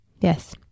Yes